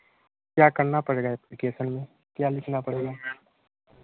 क्या करना पड़ेगा एप्लीकेशन में क्या लिखना पड़ेगा